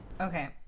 Okay